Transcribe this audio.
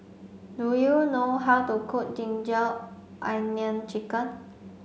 do you know how to cook ginger onion chicken